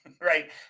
Right